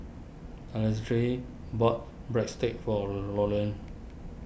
Alexandre bought Breadsticks for Loriann